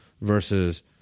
versus